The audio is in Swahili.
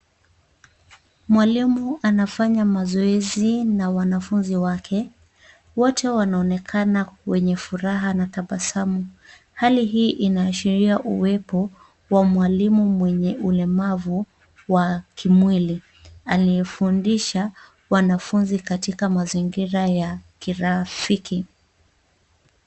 Mwalimu anafanya mazoezi na wanafunzi wake. Wote wanaonekana wenye furaha na tabasamu. Hali hii inaashiria uwepo wa mwalimu mwenye ulemavu wa kimwili aliyefundisha wanafunzi katika mazingira ya kirafiki.